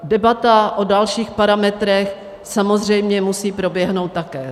Debata o dalších parametrech samozřejmě musí proběhnout také.